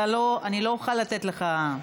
אני לא אוכל לתת לך.